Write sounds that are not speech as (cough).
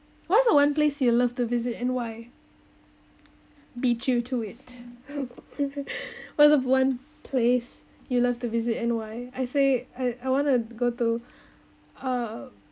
what's the one place you would love to visit and why beat you to it (laughs) what's the one place you love to visit and why I say I I want to go to (breath) uh